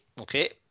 okay